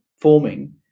forming